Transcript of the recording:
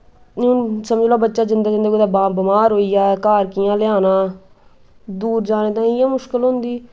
हून समझी लैओ जंदे जंदे कुतै बमार होई जा घर कि'यां लेआना दूर जाने दा इ'यै मुश्कल होंदी